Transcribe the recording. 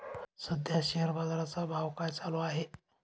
सध्या शेअर बाजारा चा भाव काय चालू आहे?